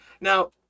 now